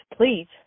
please